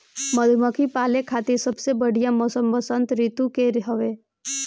मधुमक्खी पाले खातिर सबसे बढ़िया मौसम वसंत ऋतू के हवे